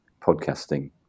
podcasting